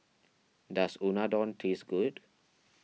does Unadon taste good